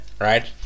Right